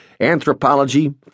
anthropology